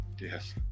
yes